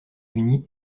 unis